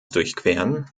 durchqueren